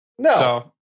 No